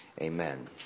Amen